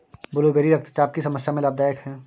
blueberry रक्तचाप की समस्या में लाभदायक है